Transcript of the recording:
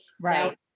Right